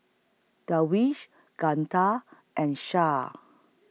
Darwish Guntur and Shah